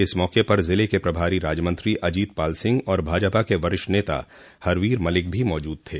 इस मौक़े पर जिले के प्रभारी राज्यमंत्री अजित पाल सिंह और भाजपा के वरिष्ठ नेता हरवीर मलिक भी मौजूद थे